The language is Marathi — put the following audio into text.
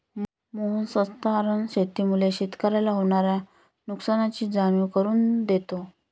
मोहन स्थानांतरण शेतीमुळे शेतकऱ्याला होणार्या नुकसानीची जाणीव करून देतो